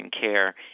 care